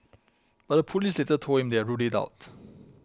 but the police later told him they had ruled it out